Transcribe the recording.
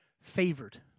favored